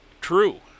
true